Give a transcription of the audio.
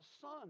son